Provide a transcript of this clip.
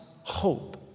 hope